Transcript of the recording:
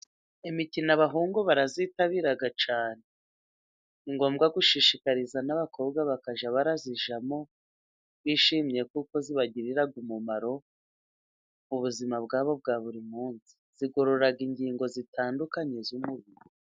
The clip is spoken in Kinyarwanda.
Imikino abahungu barayitabira cyane ,ni ngombwa gushishikariza n'abakobwa bakajya barayijyamo, bishimye kuko ibagirira umumaro ubuzima bwabo bwa buri munsi ,zigorora ingingo zitandukanye z'umubiri.